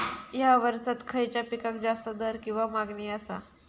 हया वर्सात खइच्या पिकाक जास्त दर किंवा मागणी आसा?